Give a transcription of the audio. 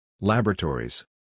Laboratories